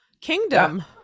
kingdom